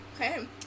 okay